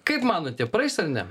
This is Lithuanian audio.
kaip manote praeis ar ne